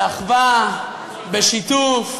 באחווה, בשיתוף,